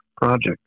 project